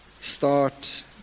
Start